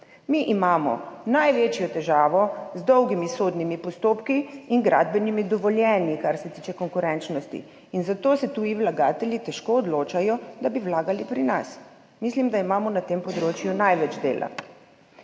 Mi imamo največjo težavo z dolgimi sodnimi postopki in gradbenimi dovoljenji, kar se tiče konkurenčnosti, in zato se tuji vlagatelji težko odločajo, da bi vlagali pri nas. Mislim, da imamo na tem področju največ dela.